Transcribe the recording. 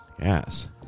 Yes